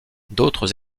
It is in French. d’autres